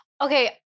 Okay